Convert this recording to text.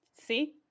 See